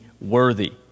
worthy